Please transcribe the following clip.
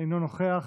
אינו נוכח.